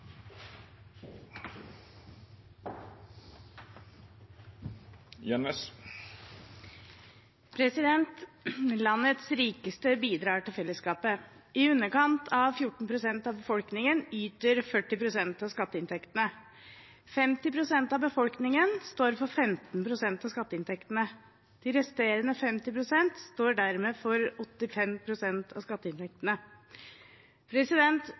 Landets rikeste bidrar til fellesskapet. I underkant av 14 pst. av befolkningen yter 40 pst. av skatteinntektene. 50 pst. av befolkningen står for 15 pst. av skatteinntektene. De resterende